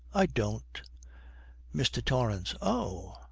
i don't mr. torrance. oh!